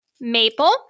Maple